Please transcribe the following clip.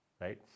right